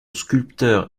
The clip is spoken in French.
sculpteur